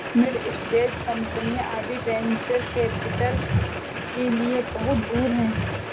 mid stage कंपनियां अभी venture capital के लिए बहुत दूर हैं